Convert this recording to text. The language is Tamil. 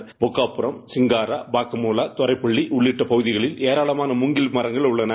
கால பொக்காபுரம் சிங்காரா பாக்கமுலா கொரைப்புள்ளி உள்ளிட்ட பகுதிகளில் ஏராளமான முங்கில் மரங்கள் உள்ளன